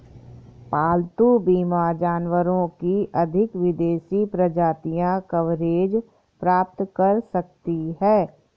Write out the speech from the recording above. पालतू बीमा जानवरों की अधिक विदेशी प्रजातियां कवरेज प्राप्त कर सकती हैं